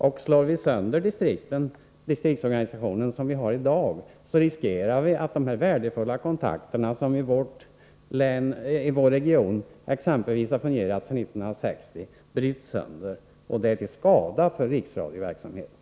Om vi slår sönder den distriktsorganisation som vi har i dag riskerar vi att dessa värdefulla kontakter — som exempelvis i vår region har fungerat sedan 1960 — bryts sönder, vilket är till skada för riksradioverksamheten.